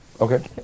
Okay